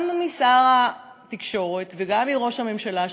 גם משר התקשורת וגם מראש הממשלה,